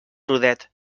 rodet